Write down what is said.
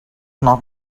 not